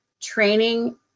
Training